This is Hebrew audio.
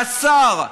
והשר,